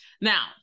now